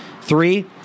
Three